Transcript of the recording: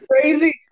crazy